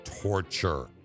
torture